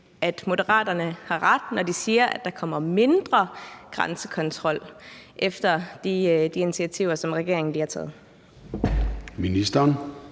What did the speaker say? at Moderaterne har ret, når de siger, at der kommer mindre grænsekontrol efter de initiativer, som regeringen lige har taget. Kl.